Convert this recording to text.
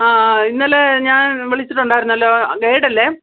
ആ ആ ഇന്നലെ ഞാന് വിളിച്ചിട്ടുണ്ടായിരുന്നല്ലോ ഗൈഡ് അല്ലേ